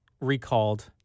recalled